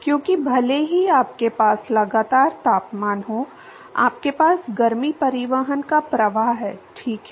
क्योंकि भले ही आपके पास लगातार तापमान हो आपके पास गर्मी परिवहन का प्रवाह है ठीक है